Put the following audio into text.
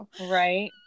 right